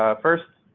ah first,